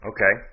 Okay